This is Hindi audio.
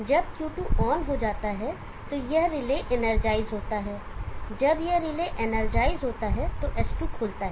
जब Q2 ऑन हो जाता है तो यह रिले इनरजाइज होता है जब यह रिले इनरजाइज होता है तो S2 खुलता है